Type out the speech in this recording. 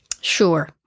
Sure